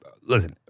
Listen